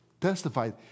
Testified